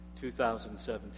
2017